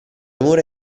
mura